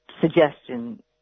suggestion